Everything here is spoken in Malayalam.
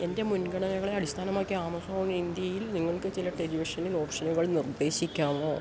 എൻ്റെ മുൻഗണനകളെ അടിസ്ഥാനമാക്കി ആമസോൺ ഇന്ത്യയിൽ നിങ്ങൾക്ക് ചില ടെലിവിഷനിൽ ഓപ്ഷനുകൾ നിർദ്ദേശിക്കാമോ